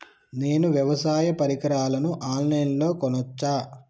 నేను వ్యవసాయ పరికరాలను ఆన్ లైన్ లో కొనచ్చా?